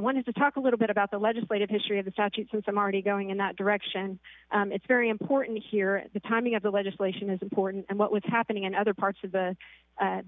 wanted to talk a little bit about the legislative history of the statute since i'm already going in that direction it's very important here at the timing of the legislation is important and what was happening in other parts of the